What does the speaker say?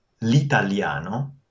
L'italiano